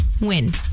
Win